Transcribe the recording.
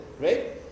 right